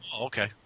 Okay